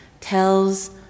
tells